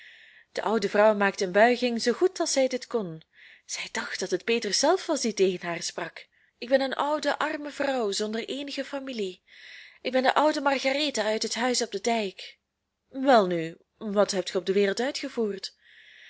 de oude vrouw maakte een buiging zoo goed als zij dit kon zij dacht dat het petrus zelf was die tegen haar sprak ik ben een oude arme vrouw zonder eenige familie ik ben de oude margaretha uit het huis op den dijk welnu wat hebt ge op de wereld uitgevoerd